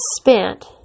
spent